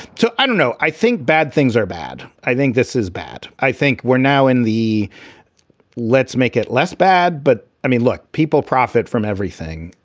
so i don't know. i think bad things are bad. i think this is bad. i think we're now in the let's make it less bad but i mean, look, people profit from everything.